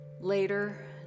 later